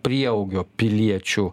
prieaugio piliečių